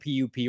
PUP